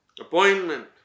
appointment